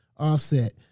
Offset